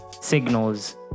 signals